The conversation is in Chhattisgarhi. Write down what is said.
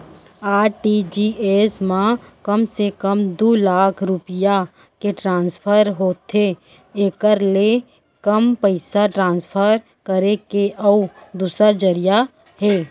आर.टी.जी.एस म कम से कम दू लाख रूपिया के ट्रांसफर होथे एकर ले कम पइसा ट्रांसफर करे के अउ दूसर जरिया हे